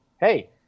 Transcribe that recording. Hey